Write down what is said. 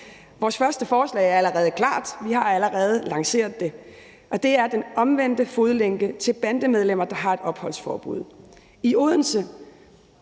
Vores første forslag er allerede klar, og vi har allerede lanceret det, og det er den omvendte fodlænke til bandemedlemmer, der har et opholdsforbud. I Odense